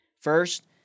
First